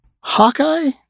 Hawkeye